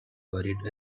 buried